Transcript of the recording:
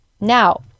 Now